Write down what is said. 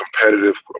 competitive